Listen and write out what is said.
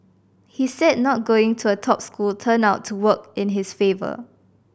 he said not going to a top school turned out to work in his favour